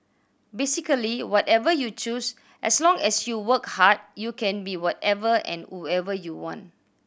basically whatever you choose as long as you work hard you can be whatever and whoever you want